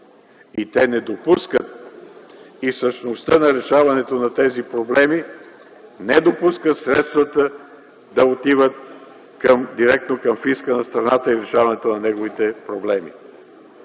Те не допускат, същността на решаването на тези проблеми не допуска средствата да отиват директно към фиска на страната и решаването на неговите проблеми.